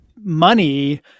money